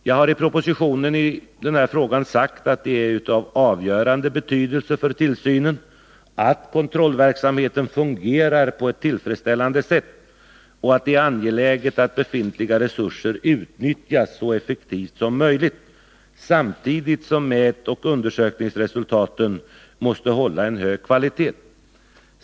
Jag har i propositionen i den här frågan sagt att det är av avgörande betydelse för tillsynen att kontrollverksamheten fungerar på ett tillfredsställande sätt och att det är angeläget att befintliga resurser utnyttjas så effektivt som möjligt samtidigt som mätoch undersökningsresultaten måste hålla en hög kvalitet.